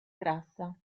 grassa